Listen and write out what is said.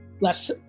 less